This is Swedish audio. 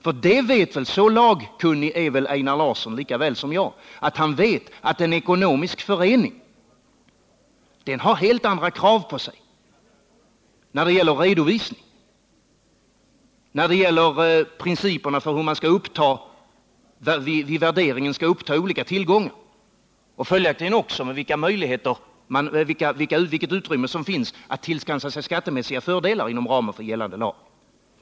För så lagkunnig är väl Einar Larsson, lika väl som jag, att han vet att en ekonomisk förening har helt andra krav på sig när det gäller redovisning, när det gäller principerna för hur man vid värderingen skall uppta olika tillgångar och följaktligen också vilket utrymme som finns att tillskansa sig skattemässiga fördelar inom ramen för gällande lag.